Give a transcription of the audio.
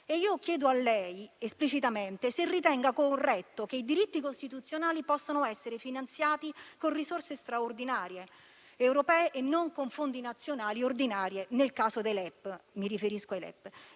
LEP. Chiedo a lei esplicitamente se ritenga corretto che i diritti costituzionali possano essere finanziati con risorse straordinarie europee e non con fondi nazionali ordinari (mi riferisco ai LEP).